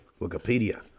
Wikipedia